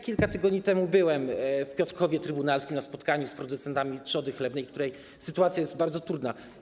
Kilka tygodni temu byłem w Piotrkowie Trybunalskim na spotkaniu z producentami trzody chlewnej, których sytuacja jest bardzo trudna.